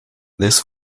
this